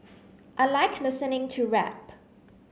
I like listening to rap